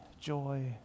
joy